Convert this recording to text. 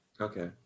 Okay